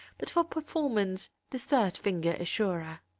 but for performance the third finger is surer.